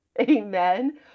Amen